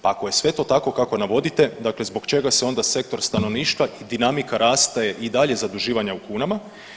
Pa ako je sve to tako kako navodite, dakle zbog čega se onda sektor stanovništva i dinamika rasta je i dalje zaduživanja u kunama?